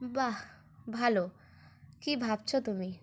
বাহ ভালো কী ভাবছো তুমি